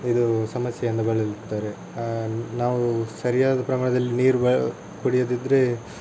ಇದು ಸಮಸ್ಯೆಯಿಂದ ಬಳಲುತ್ತಾರೆ ನಾವು ಸರಿಯಾದ ಪ್ರಮಾಣದಲ್ಲಿ ನೀರು ಕುಡಿಯದಿದ್ರೆ